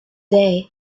day